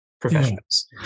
professionals